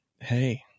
hey